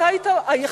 אתה היית היחידי,